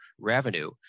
revenue